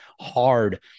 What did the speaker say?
hard